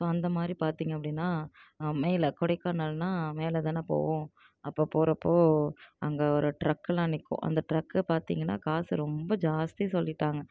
so அந்தமாதிரி பார்த்திங்க அப்படின்னா மேலே கொடைக்கானல்னால் மேலே தானே போவோம் அப்போ போகிறப்போ அங்கே ஒரு ட்ரக்கெலாம் நிற்கும் அந்த ட்ரக்கை பார்த்திங்கனா காசு ரொம்ப ஜாஸ்தி சொல்லிவிட்டாங்க